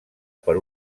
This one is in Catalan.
per